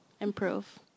improve